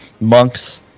Monks